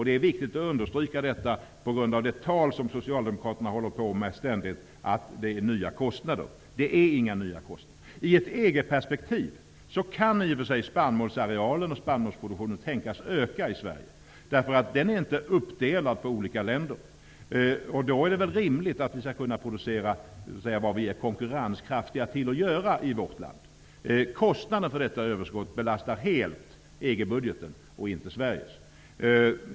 Det är viktigt att understryka detta, på grund av Socialdemokraternas ständiga tal om att det har uppkommit nya kostnader. Det är inga nya kostnader. I ett EG-perspektiv kan spannmålsarealen och spannmålsproduktionen i och för sig tänkas öka i Sverige, därför att den är inte uppdelad på olika länder. Då är det väl rimligt att vi skall kunna producera sådant som vi är konkurrenskraftiga på i vårt land. Kostnaden för detta överskott belastar helt EG-budgeten, inte Sveriges budget.